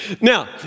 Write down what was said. Now